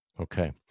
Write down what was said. Okay